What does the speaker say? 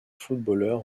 footballeur